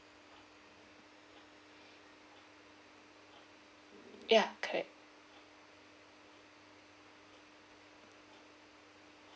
ya correct